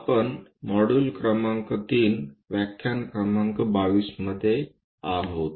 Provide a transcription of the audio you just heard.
आपण मॉड्यूल क्रमांक 3 व्याख्यान क्रमांक 22 मध्ये आहोत